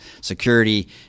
security